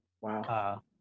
Wow